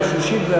(תיקון מס' 3) (הארכת תוקף),